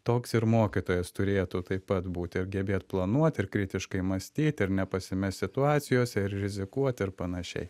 toks ir mokytojas turėtų taip pat būt ir gebėt planuot ir kritiškai mąstyt ir nepasimest situacijose ir rizikuot ir panašiai